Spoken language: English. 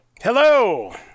Hello